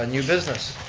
ah new business.